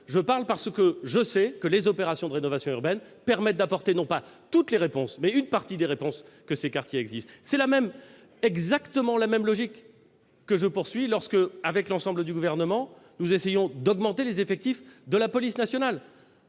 de façon théorique. Je sais que les opérations de rénovation urbaine permettent d'apporter non pas toutes, mais une partie des réponses que ces quartiers exigent. C'est exactement la même logique lorsque, avec l'ensemble du Gouvernement, nous essayons d'augmenter les effectifs de la police nationale